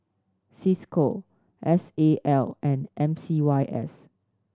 Cisco S A L and M C Y S